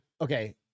Okay